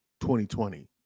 2020